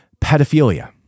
pedophilia